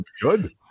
Good